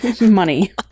Money